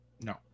No